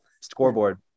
Scoreboard